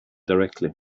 directly